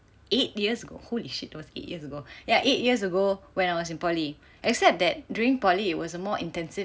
eight years ago holy shit it was eight years ago ya eight years ago when I was in poly except that during poly it was a more intensive